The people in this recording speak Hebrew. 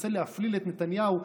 ומנסה להפליל את נתניהו,